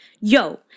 Yo